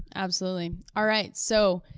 absolutely. all right, so,